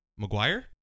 McGuire